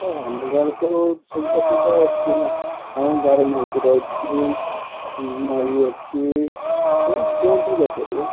ହଁ ଆମ ଗାଁରେ ତ ସୁବିଧା ସୁଯୋଗ ଅଛି ନା ଆମ ଗାଁରେ ମନ୍ଦିର ଅଛି ନଈ ଅଛି ଆପଣ ଯେଉଁଠିକି ଯାଇପାରିବେ